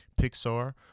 pixar